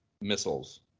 missiles